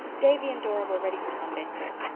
davy and dora were ready for sunday school.